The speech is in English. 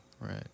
Right